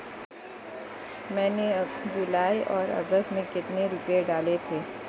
मैंने जुलाई और अगस्त में कितने रुपये डाले थे?